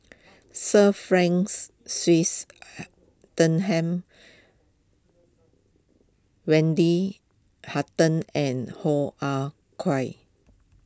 Sir Franks Wendy Hutton and Hoo Ah Kay